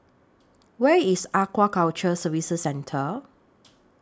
Where IS Aquaculture Services Centre